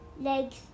legs